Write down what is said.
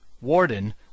Warden